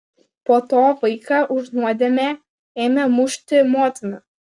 po to vaiką už nuodėmę ėmė mušti motina